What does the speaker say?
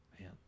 Man